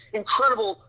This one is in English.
incredible